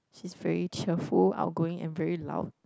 he's very cheerful outgoing and very loud